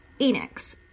Enix